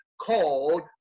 called